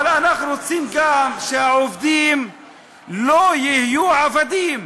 אבל אנחנו רוצים גם שהעובדים לא יהיו עבדים.